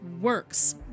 works